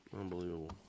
Unbelievable